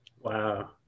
Wow